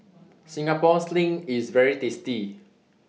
Singapore Sling IS very tasty